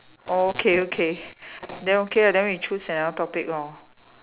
okay okay then okay ah then we choose another topic lor